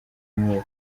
muri